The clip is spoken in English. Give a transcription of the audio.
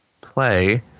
play